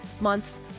months